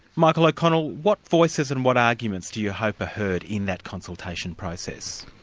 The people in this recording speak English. michael o'connell, what voices and what arguments do you hope are heard in that consultation process?